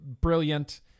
brilliant